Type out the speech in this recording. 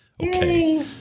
okay